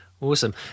awesome